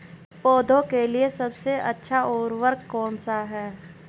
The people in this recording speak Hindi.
पौधों के लिए सबसे अच्छा उर्वरक कौन सा है?